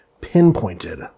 pinpointed